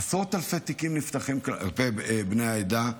עשרות אלפי תיקים נפתחים כלפי בני העדה,